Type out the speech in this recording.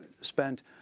spent